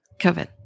COVID